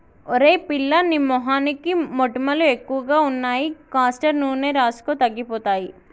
ఓయ్ పిల్లా నీ మొహానికి మొటిమలు ఎక్కువగా ఉన్నాయి కాస్టర్ నూనె రాసుకో తగ్గిపోతాయి